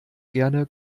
gerne